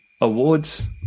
awards